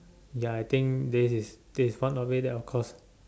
ya I think this is this is part of it then of course